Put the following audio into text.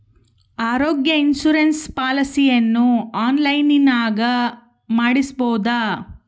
ಆರೋಗ್ಯ ಇನ್ಸುರೆನ್ಸ್ ಪಾಲಿಸಿಯನ್ನು ಆನ್ಲೈನಿನಾಗ ಮಾಡಿಸ್ಬೋದ?